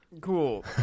Cool